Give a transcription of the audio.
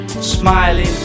Smiling